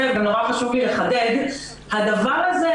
ומאוד חשוב לי לחדד הוא שהדבר הזה,